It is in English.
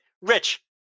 Rich